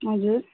हजुर